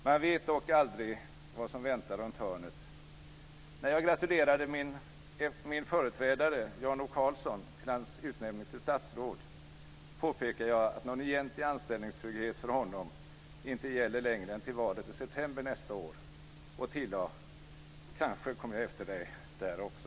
Man vet dock aldrig vad som väntar runt hörnet. När jag gratulerade min företrädare Jan O Karlsson till hans utnämning till statsråd påpekade jag att någon egentlig anställningstrygghet för honom inte gäller längre än till valet i september nästa år. Och jag tillade: Kanske kommer jag efter dig där också!